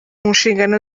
nshingano